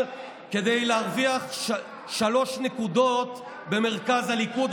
כדי להרוויח שלוש נקודות במרכז הליכוד.